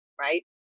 Right